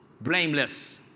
blameless